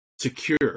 secure